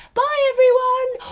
bye everyone!